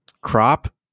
Crop